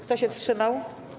Kto się wstrzymał?